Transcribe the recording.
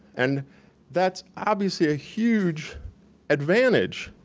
and that's obviously a huge advantage.